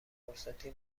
فرصتی